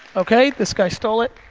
okay, this guy stole it.